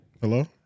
Hello